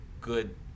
good